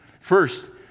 First